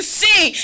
see